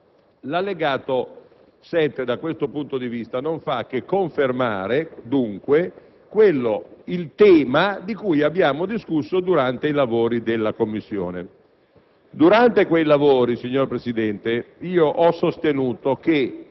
dei *ticket* per il 2008. L'allegato 7, da questo punto di vista, non fa che confermare, dunque, il tema di cui abbiamo discusso durante i lavori della Commissione.